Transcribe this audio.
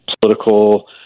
political